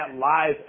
live